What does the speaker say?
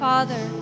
Father